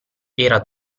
era